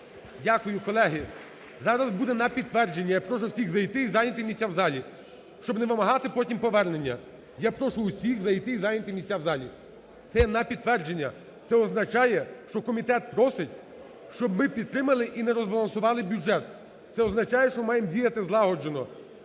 Дякую. Колеги, зараз буде на підтвердження, я прошу всіх зайти і зайняти місця в залі, щоб не вимагати потім повернення. Я прошу усіх зайти і зайняти місця в залі. Це на підтвердження. Це означає, що комітет просить, щоб ми підтримали і не розбалансували бюджет, це означає, що маємо діяти злагоджено.